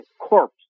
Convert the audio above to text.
corpse